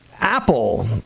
Apple